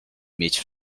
mieć